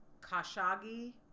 Khashoggi